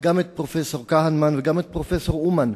גם את פרופסור כהנמן ואת פרופסור אומן,